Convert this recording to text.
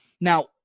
Now